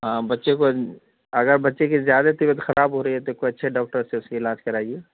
ہاں بچے کو اگر بچے کی زیادہ طبیعت خراب ہو رہی ہے تو کوئی اچھے ڈاکٹر سے اس کی علاج کرائیے